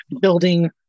building